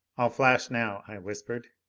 i'll flash now, i whispered.